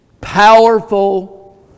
powerful